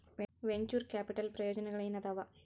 venture capital ಪ್ರಯೋಜನಗಳೇನಾದವ